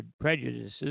prejudices